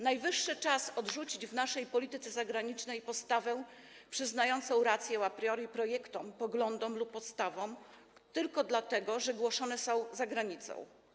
Najwyższy czas odrzucić w naszej polityce zagranicznej postawę przyznającą rację a priori projektom, poglądom lub postawom tylko dlatego, że są głoszone za granicą.